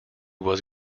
was